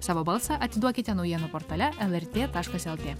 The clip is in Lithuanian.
savo balsą atiduokite naujienų portale lrt taškas lt